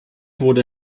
wurde